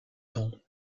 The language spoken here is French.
temps